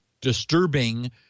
disturbing